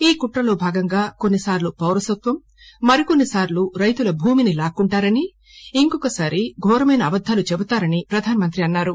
ఈ కుట్రలో భాగంగా కొన్ని సార్టు పౌరసత్వం మరొకొన్ని సార్టు రైతుల భూమిని లాక్కుంటారని ఇంకొకసారి ఘోరమైన అబద్దాలు చెబుతారని ప్రధానమంత్రి అన్నారు